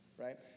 Right